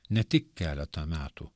ne tik keletą metų